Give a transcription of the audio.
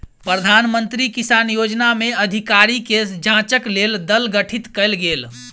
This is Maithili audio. प्रधान मंत्री किसान योजना में अधिकारी के जांचक लेल दल गठित कयल गेल